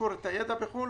למכור את הידע בחו"ל.